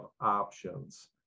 options